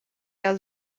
has